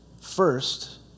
First